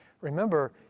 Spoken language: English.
remember